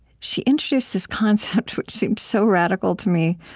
she introduced this concept, which seemed so radical to me,